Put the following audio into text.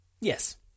Yes